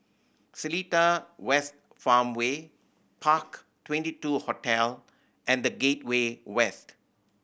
Seletar West Farmway Park Twenty two Hotel and The Gateway West